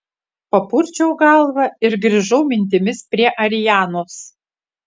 papurčiau galvą ir grįžau mintimis prie arianos